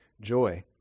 joy